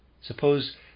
Suppose